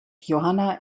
johanna